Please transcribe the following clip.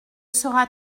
sera